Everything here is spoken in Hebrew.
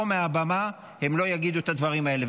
פה מהבמה הם לא יגידו את הדברים האלה.